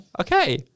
Okay